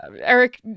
Eric